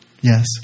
Yes